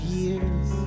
years